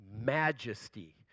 majesty